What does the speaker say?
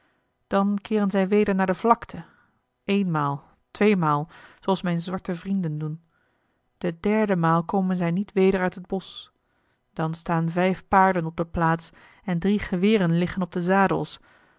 dan keeren zij weder naar de vlakte eenmaal tweemaal zooals mijne zwarte vrienden doen de derde maal komen zij niet weder uit het bosch dan staan vijf paarden op de plaats en drie geweren liggen op de zadels